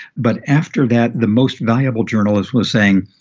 but after that, the most viable journalist was saying,